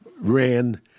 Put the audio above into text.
ran